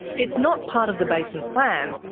it's not part of the basin plan,